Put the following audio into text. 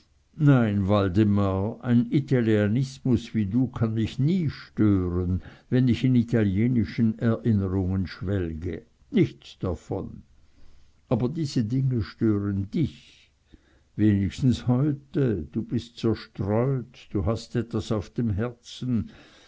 nein waldemar ein italianissimus wie du kann mich nie stören wenn ich in italienischen erinnerungen schwelge nichts davon aber diese dinge stören dich wenigstens heute du bist zerstreut du hast etwas auf dem herzen